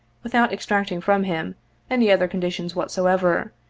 without exacting from him any other conditions whatsoever,